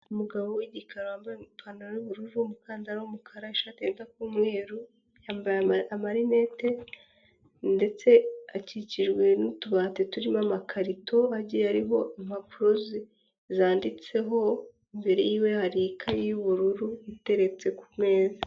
Umugabo w'igikara wambaye ipantaro y'ubururu umukandara w'umukara ishati yenda kuba umweru yambaye amarineti ndetse akikijwe n'utubati turimo amakarito agiye ariho impapuro zanditseho imbere y'iwe hari ikaye y'ubururu iteretse kumeza.